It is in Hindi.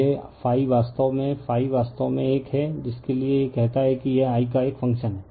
तो यह वास्तव में वास्तव में एक है जिसके लिए यह कहता है कि यह I का एक फंक्शन है